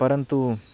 परन्तु